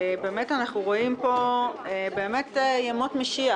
אנחנו רואים פה ימות משיח.